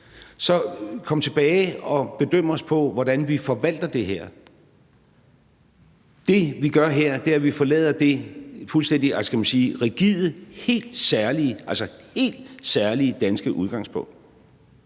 Så kom tilbage og bedøm os på, hvordan vi forvalter det her. Det, vi gør her, er, at vi forlader det fuldstændig rigide, altså helt særlige danske udgangspunkt,